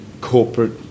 corporate